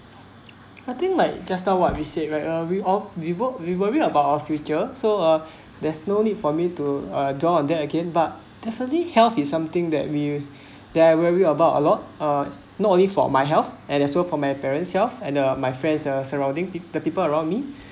I think like just now what we said right uh we all we work we worry about our future so uh there's no need for me to uh down there again but definitely health is something that we that we're worry about a lot or not only for my health and also from my parents' health and uh my friends uh surrounding the people around me